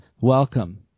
Welcome